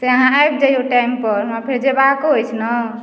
से अहाँ आबि जइयौ टाइमपर हमरा फेर जयबाको अछि ने